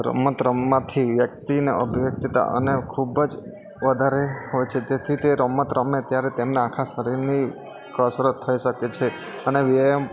રમત રમવાથી વ્યક્તિની અભિવ્યક્તતા અને ખૂબ જ વધારે હોય છે તેથી તે રમત રમે ત્યારે તેમનાં આખા શરીરની કસરત થઈ શકે છે અને વ્યાયામ